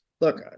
look